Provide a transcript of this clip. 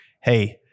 hey